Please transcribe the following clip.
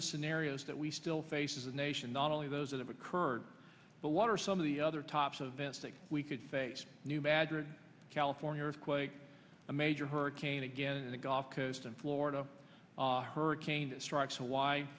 the scenarios that we still face as a nation not only those that have occurred but what are some of the other tops of events that we could face new badgered california earthquake a major hurricane again in the gulf coast and florida hurricane strikes